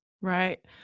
Right